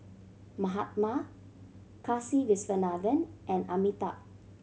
Mahatma Kasiviswanathan and Amitabh